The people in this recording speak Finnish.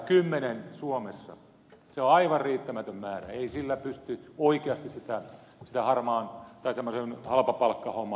kymmenen suomessa on aivan riittämätön määrä ei sillä pysty oikeasti tämmöisen halpapalkkahomman käyttöä valvomaan